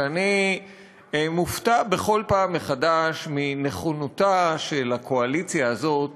שאני מופתע בכל פעם מחדש מנכונותה של הקואליציה הזאת